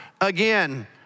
again